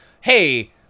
hey